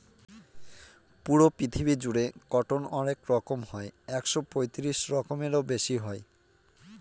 পুরো পৃথিবী জুড়ে কটন অনেক রকম হয় একশো পঁয়ত্রিশ রকমেরও বেশি হয়